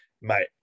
Mate